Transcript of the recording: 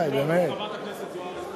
חברת הכנסת זוארץ.